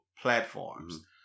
platforms